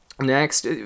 Next